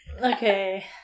okay